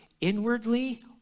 inwardly